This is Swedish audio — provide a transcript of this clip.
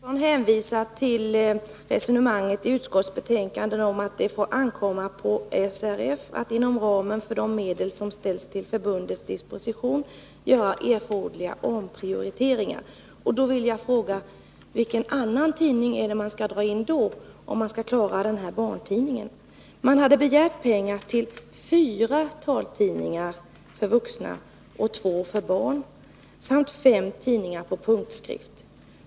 Herr talman! Rune Gustavsson hänvisar till resonemanget i utskottsbetänkandet om att det får ankomma på SRF att inom ramen för de medel som ställs till förbundets disposition göra erforderliga omprioriteringar. Då vill jag fråga: Vilken annan tidning är det man skall dra in, om man vill klara den här barntidningen? Man hade begärt pengar till fyra taltidningar för vuxna och två för barn samt fem tidningar på punktskrift.